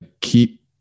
keep